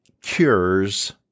cures